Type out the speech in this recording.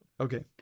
Okay